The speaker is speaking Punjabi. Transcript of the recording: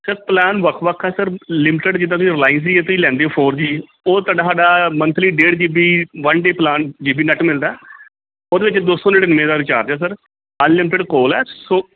ਸਰ ਪਲਾਨ ਵੱਖ ਵੱਖ ਹੈ ਸਰ ਲਿਮਿਟਡ ਜਿੱਦਾਂ ਤੁਸੀਂ ਰਿਲਾਇੰਸ ਦੀ ਜੇ ਤੁਸੀਂ ਲੈਂਦੇ ਹੋ ਫੋਰ ਜੀ ਉਹ ਤੁਹਾਡਾ ਸਾਡਾ ਮੰਥਲੀ ਡੇਢ G B one day plan G B net ਮਿਲਦਾ ਉਹਦੇ ਵਿੱਚ ਦੋ ਸੌ ਨੜਿਨਵੇਂ ਦਾ ਰੀਚਾਰਜ ਹੈ ਸਰ ਅਣਲਿਮਿਟਡ ਕੋਲ ਹੈ ਸੌ